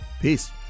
Peace